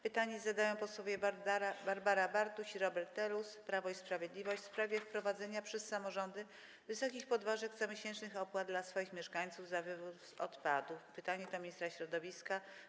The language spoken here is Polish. Pytanie zadają posłowie Barbara Bartuś i Robert Telus, Prawo i Sprawiedliwość, w sprawie wprowadzania przez samorządy wysokich podwyżek comiesięcznych opłat dla swoich mieszkańców za wywóz odpadów - pytanie do ministra środowiska.